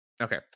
okay